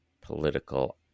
political